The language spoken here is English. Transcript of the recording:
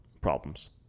problems